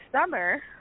summer